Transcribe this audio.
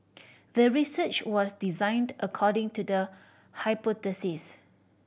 the research was designed according to the hypothesis